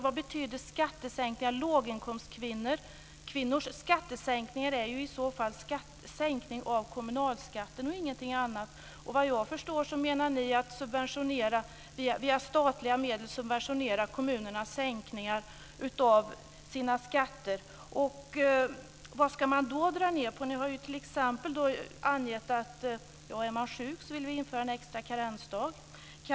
Vad betyder skattesänkningar för låginkomstkvinnor. Låginkomstkvinnors skattesänkningar är ju i så fall sänkning av kommunalskatten och ingenting annat. Vad jag förstår menar ni att man via statliga medel ska subventionera kommunernas skattesänkningar. Vad ska man då dra ned på? Ni har ju t.ex. angett att ni vill införa en extra karensdag vid sjukdom.